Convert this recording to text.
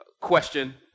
question